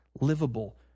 livable